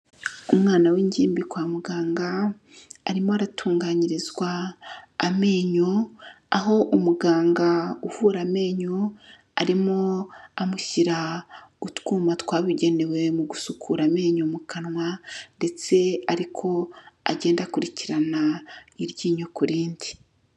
Umwana w'ingimbi kwa muganga, arimo aratunganyirizwa amenyo, aho umuganga uvura amenyo, arimo amushyira utwuma twabigenewe mu gusukura amenyo mu kanwa ndetse ariko agenda akurikirana iryinyo ku rindi.